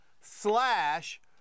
slash